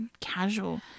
casual